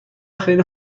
خیلی